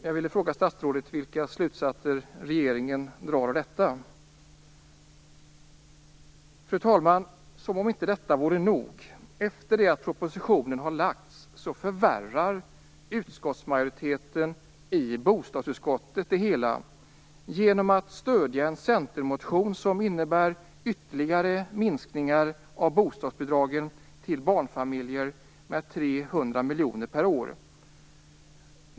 Jag vill fråga statsrådet vilka slutsatser regeringen drar av detta. Fru talman! Detta är inte nog. Efter det att propositionen lades fram förvärrade utskottsmajoriteten i bostadsutskottet det hela genom att stödja en centermotion som innebär ytterligare minskningar av bostadsbidragen till barnfamiljer med 300 miljoner per år.